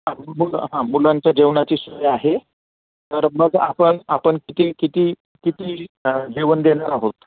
हां मुलं हा मुलांच्या जेवणाची सोय आहे तर मग आपण आपण किती किती किती जेवण देणार आहोत